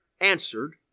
answered